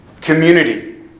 community